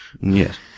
Yes